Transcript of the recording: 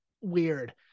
weird